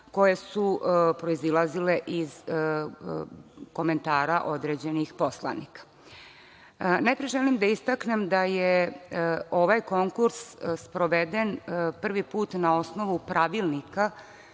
koje su proizilazile iz komentara određenih poslanika. Najpre želim da istaknem da je ovaj konkurs sproveden prvi put na osnovu Pravilnika,